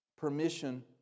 permission